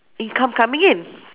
income coming in